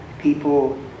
People